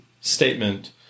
statement